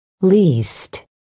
Least